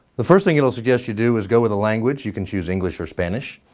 the first thing it'll suggest you do is go with a language. you can choose english or spanish.